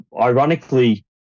Ironically